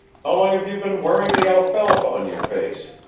how long have you been wearing the alfalfa on your face?